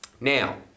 Now